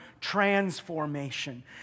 transformation